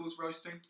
roasting